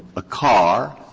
a car,